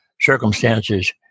circumstances